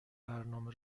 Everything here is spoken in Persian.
برنامه